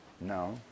No